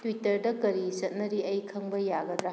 ꯇ꯭ꯋꯤꯇꯔꯗ ꯀꯔꯤ ꯆꯠꯅꯔꯤ ꯑꯩ ꯈꯪꯕ ꯌꯥꯒꯗ꯭ꯔꯥ